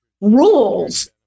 rules